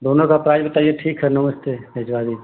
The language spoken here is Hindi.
दोनों का प्राइज बताइए ठीक है नमस्ते भिजवा दीजिए